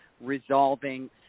resolving